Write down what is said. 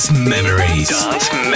Memories